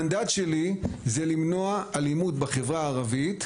המנדט שלי זה למנוע אלימות בחברה הערבית,